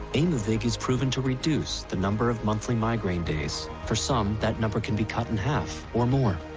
aimovig is proven to reduce the number of monthly migraine days. for some, that number can be cut in half or more.